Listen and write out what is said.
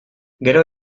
gero